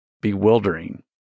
bewildering